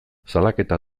salaketa